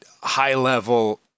high-level